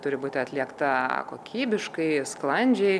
turi būti atliekta kokybiškai sklandžiai